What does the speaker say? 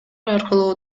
аркылуу